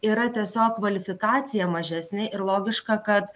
yra tiesiog kvalifikacija mažesnė ir logiška kad